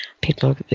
people